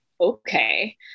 okay